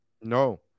No